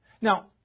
Now